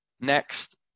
Next